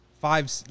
five